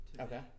Okay